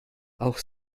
auch